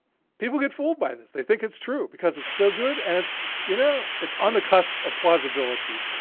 people get fooled by this. they think it's true because it's so good, and it's you know, it's on the cusp of plausibility.